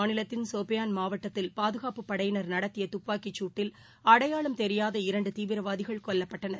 மாநிலத்தின் சோபியான் மாவட்டத்தில் ஐம்மு கஷ்மீர் பாதுகாப்புப் படையினர் நடத்தியதுப்பாக்கிசூட்டில் அடையாளம் தெரியாத இரண்டுதீவிரவாதிகள் கொல்லப்பட்டனர்